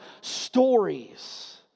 stories